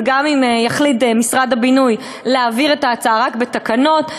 וגם אם יחליט משרד הבינוי להעביר את ההצעה רק בתקנות,